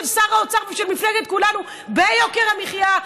שר האוצר ושל מפלגת כולנו ביוקר המחיה,